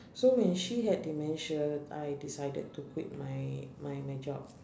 so when she had dementia I decided to quit my my my job